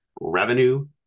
revenue